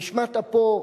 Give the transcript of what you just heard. נשמת אפו,